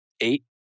eight